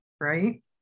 right